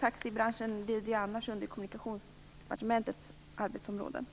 Taxibranschen hör ju annars till Kommunikationsdepartementets arbetsområde.